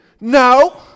no